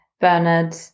Bernard